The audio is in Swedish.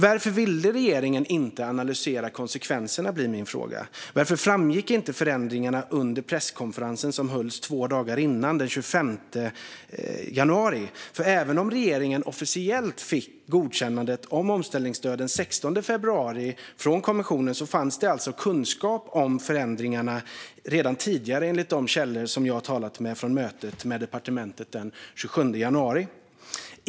Varför ville regeringen inte analysera konsekvenserna, blir min fråga? Varför framgick inte förändringarna under presskonferensen som hölls två dagar innan, den 25 januari? Även om regeringen officiellt fick godkännandet av omställningsstöden från kommissionen den 16 februari fanns det alltså kunskap om förändringarna redan tidigare, enligt de källor jag har talat med från mötet med departementet den 27 januari.